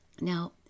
Now